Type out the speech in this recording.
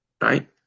right